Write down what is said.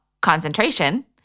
Concentration